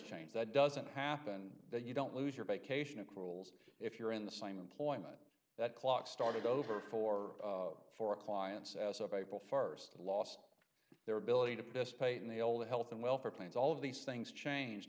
change that doesn't happen that you don't lose your vacation accruals if you're in the same employment that clock started over for four clients as of april st last their ability to participate in the old health and welfare plans all of these things changed